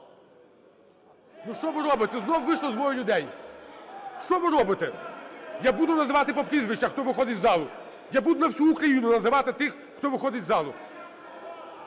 Ну що ви робите? Знову вийшло двоє людей. Що ви робите? Я буду називати по прізвищах, хто виходе з залу. Я буду на всю Україну називати тих, хто виходить з залу.